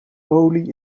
olie